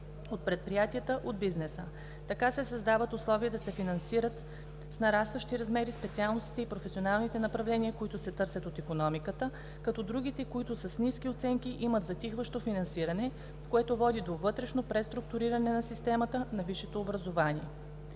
от предприятията, от бизнеса. Така се създават условия да се финансират с нарастващи размери специалностите и професионалните направления, които се търсят от икономиката, като другите, които са с ниски оценки, имат затихващо финансиране, което води до вътрешно преструктуриране на системата на висшето образование.